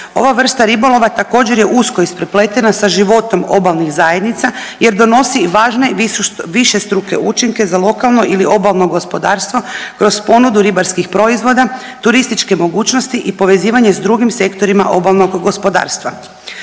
Ova vrsta ribolova također, je usko isprepletena sa životom obalnih zajednica jer donosi važne višestruke učinke za lokalno ili obalno gospodarstvo kroz ponudu ribarskih proizvoda, turističke mogućnosti i povezivanje s drugim sektorima obalnog gospodarstva.